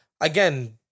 again